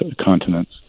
continents